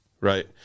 Right